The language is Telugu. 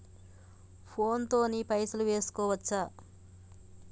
ఫోన్ తోని పైసలు వేసుకోవచ్చా?